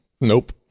Nope